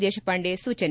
ದೇಶಪಾಂಡೆ ಸೂಚನೆ